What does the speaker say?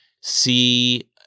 see